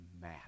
mad